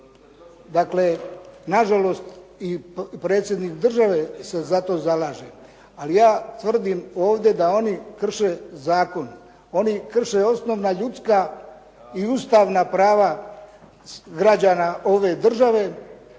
Dakle, nažalost i predsjednik države se za to zalaže. Ali ja tvrdim ovdje da oni krše zakon, oni krše osnovna ljudska i ustavna prava građana ove države